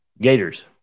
Gators